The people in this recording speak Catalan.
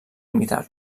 imitar